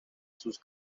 sus